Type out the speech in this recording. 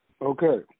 Okay